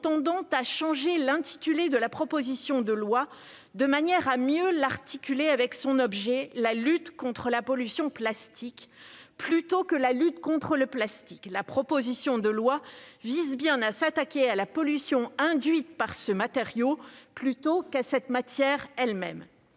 tendant à changer l'intitulé de la proposition de loi de manière à mieux l'articuler avec son objet : la lutte contre la pollution plastique, plutôt que la lutte contre le plastique. Ce texte vise bien à s'attaquer à la pollution induite par ce matériau, plutôt qu'à cette matière elle-même.